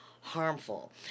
harmful